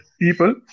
people